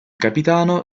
capitano